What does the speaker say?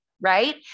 Right